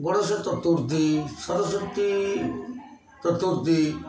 Ganesh Chaturthi Saraswati Chaturthi